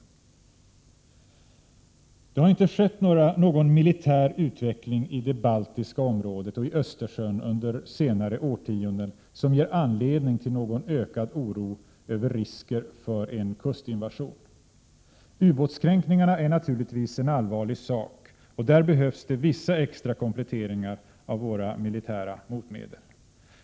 16 mars 1988 Det har inte skett någon militär utveckling i det baltiska området och i Östersjön under senare årtionden som ger anledning till någon ökad oro över risker för en kustinvasion. Ubåtskränkningarna är naturligtvis en allvarlig sak, och där behövs det vissa extra kompletteringar av våra militära motmedel.